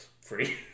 free